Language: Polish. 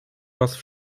was